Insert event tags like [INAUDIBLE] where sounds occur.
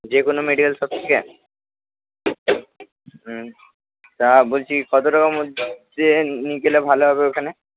যে কোনো medical shop থেকে [UNINTELLIGIBLE] হুম তা বলছি কত টাকার মধ্যে নিয়ে গেলে ভালো হবে ওখানে